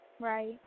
right